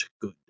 good